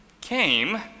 came